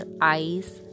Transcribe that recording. eyes